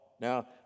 Now